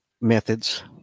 methods